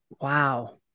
wow